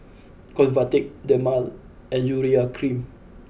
Convatec Dermale and Urea cream